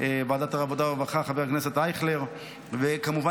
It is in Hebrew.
העבודה והרווחה חבר הכנסת אייכלר וכמובן